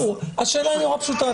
השאלה היא נורא פשוטה,